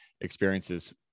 experiences